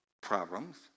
problems